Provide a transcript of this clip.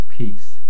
peace